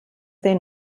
their